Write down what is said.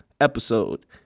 episode